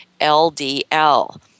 LDL